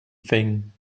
thing